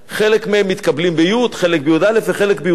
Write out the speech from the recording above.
חלק מהם מתקבלים בי', חלק בי"א וחלק בי"ב.